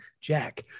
Jack